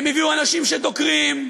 הם הביאו אנשים שדוקרים,